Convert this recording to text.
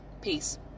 Peace